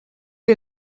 est